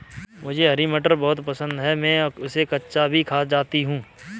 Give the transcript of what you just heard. मुझे हरी मटर बहुत पसंद है मैं इसे कच्चा भी खा जाती हूं